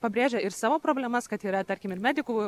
pabrėžia ir savo problemas kad yra tarkim ir medikų